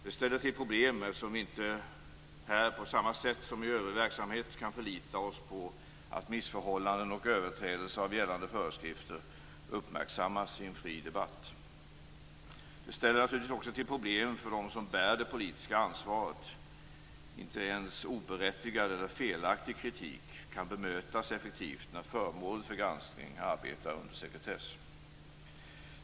Det ställer till problem, eftersom vi inte här på samma sätt som i övrig verksamhet kan förlita oss på att missförhållanden och överträdelser av gällande föreskrifter uppmärksammas i en fri debatt. Det ställer naturligtvis också till problem för dem som bär det politiska ansvaret. Inte ens oberättigad eller felaktig kritik kan bemötas effektivt när föremålet för granskning arbetar under sekretess.